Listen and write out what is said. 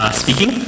speaking